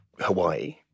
Hawaii